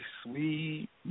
sweet